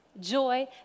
joy